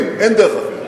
אין דרך אחרת.